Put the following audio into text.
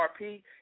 RP